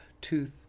Tooth